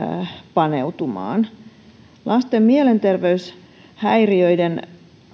paneutumaan lasten mielenterveyshäiriöiden